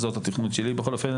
זאת התוכנית שלי בכל אופן.